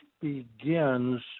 begins